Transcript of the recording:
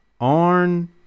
Arn